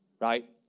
right